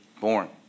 born